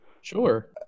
Sure